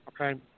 okay